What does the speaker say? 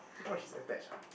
what she's attached ah